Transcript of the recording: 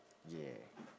yeah